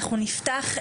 אנחנו נפתח,